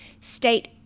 State